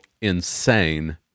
insane